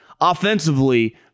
Offensively